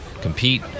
compete